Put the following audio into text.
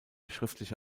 schriftliche